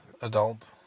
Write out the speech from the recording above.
adult